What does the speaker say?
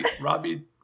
Robbie